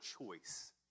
choice